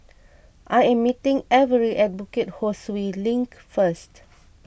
I am meeting Avery at Bukit Ho Swee Link first